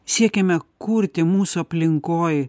siekiame kurti mūsų aplinkoj